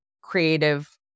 Creative